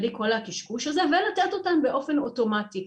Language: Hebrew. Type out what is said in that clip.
בלי כל הקשקוש הזה, ולתת אותן באופן אוטומטי.